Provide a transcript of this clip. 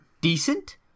decent